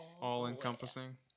all-encompassing